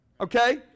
Okay